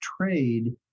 trade